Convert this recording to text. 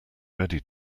ready